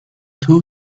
two